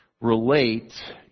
Relate